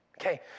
Okay